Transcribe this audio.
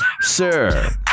Sir